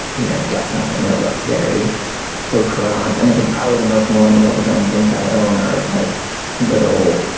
you know, get something that looks very au courant. and i think probably the most millennial design things i own are like little,